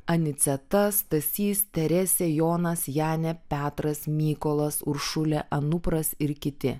aniceta stasys teresė jonas janė petras mykolas uršulė anupras ir kiti